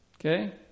Okay